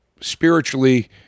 spiritually